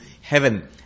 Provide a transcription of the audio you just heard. heaven